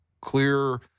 clear